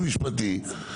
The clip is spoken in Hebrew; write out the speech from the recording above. המשטרה חייבת לחקור.